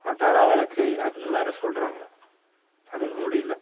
வட்டார வழக்கு அந்தமாதிரி சொல்கிறாங்க தமிழ்மொழியில்